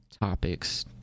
topics